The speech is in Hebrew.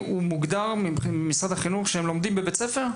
מוגדרים כתלמידים בבית ספר?